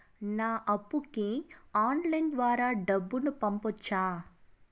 నా అప్పుకి ఆన్లైన్ ద్వారా డబ్బును పంపొచ్చా